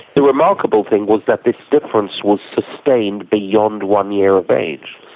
the remarkable thing was that this difference was sustained beyond one year of age.